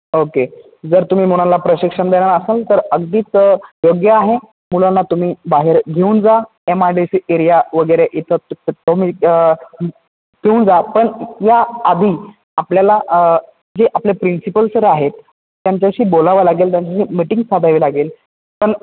okay जर तुम्ही मुलांना प्रशिक्षण देणार असाल तर अगदीच योग्य आहे मुलांना तुम्ही बाहेर घेऊन जा M I D C area वगैरे इथं तुम्ही पिऊन जा पण या आधी आपल्याला जे आपले प्रिन्सिपल सर आहेत त्यांच्याशी बोलावं लागेल त्यांच्याशी मीटिंग साधावी लागेल पण